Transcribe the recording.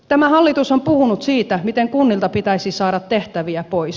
tämä hallitus on puhunut siitä miten kunnilta pitäisi saada tehtäviä pois